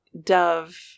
Dove